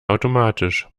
automatisch